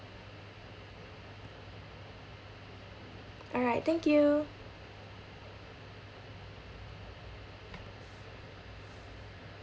alright thank you